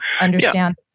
understand